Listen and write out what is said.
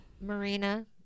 Marina